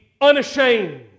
unashamed